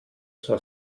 zur